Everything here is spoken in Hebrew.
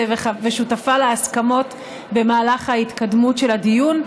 ושותפה להסכמות במהלך ההתקדמות של הדיון,